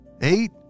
Eight